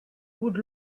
would